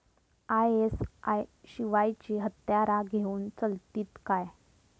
ISI शिवायची हत्यारा घेऊन चलतीत काय?